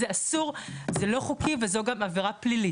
זה אסור, זה לא חוקי וזו גם עבירה פלילית.